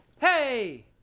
Hey